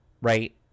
right